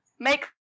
Make